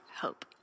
hope